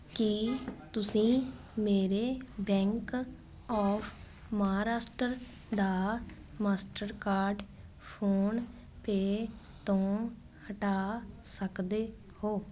ਕੀ ਤੁਸੀਂਂ ਮੇਰੇ bank of Maharashtra ਦਾ ਮਾਸਟਰਕਾਰਡ ਫੋਨਪੇ ਤੋਂ ਹਟਾ ਸਕਦੇ ਹੋ